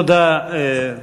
תודה.